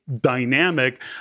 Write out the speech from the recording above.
dynamic